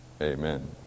amen